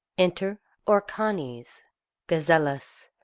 enter orcanes, gazellus,